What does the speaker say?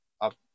up